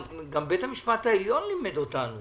גם בית המשפט העליון לימד אותנו